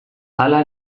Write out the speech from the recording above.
hala